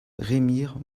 remire